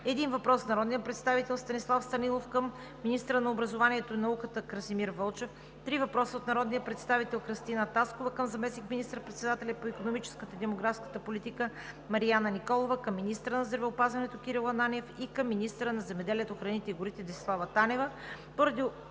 един въпрос от народния представител Станислав Станилов към министъра на образованието и науката Красимир Вълчев; - три въпроса от народния представител Кръстина Таскова към заместник министър-председателя по икономическата и демографската политика Марияна Николова; към министъра на здравеопазването Кирил Ананиев; и към министъра на земеделието, храните и горите Десислава Танева.